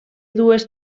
dues